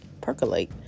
percolate